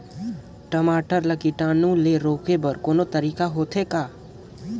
टमाटर ला कीटाणु ले रोके बर को तरीका होथे ग?